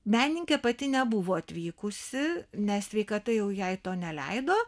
menininkė pati nebuvo atvykusi nes sveikata jau jai to neleido